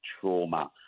trauma